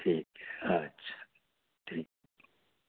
ठीक अच्छा ठीक